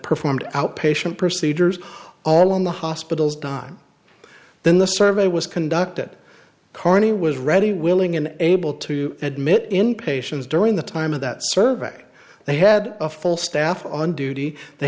performed outpatient procedures all on the hospital's dime then the survey was conducted carney was ready willing and able to admit in patients during the time of that survey they had a full staff on duty they